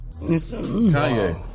Kanye